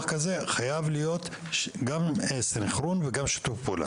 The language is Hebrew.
חייב להיות גם סנכרון וגם שיתוף פעולה.